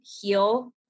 heal